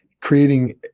creating